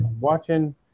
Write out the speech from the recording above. watching